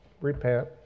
repent